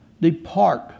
depart